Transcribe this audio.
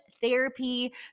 therapy